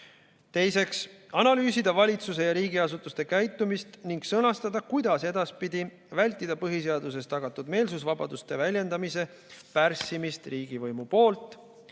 tekitas.2) analüüsida valitsuse ja riigiasutuste käitumist ning sõnastada, kuidas edaspidi vältida põhiseaduses tagatud meelsusvabaduste väljendamise pärssimist riigivõimu poolt;